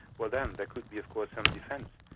well then there could be of course some defence.